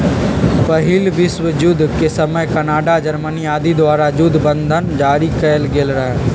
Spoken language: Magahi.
पहिल विश्वजुद्ध के समय कनाडा, जर्मनी आदि द्वारा जुद्ध बन्धन जारि कएल गेल रहै